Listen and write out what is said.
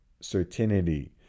certainty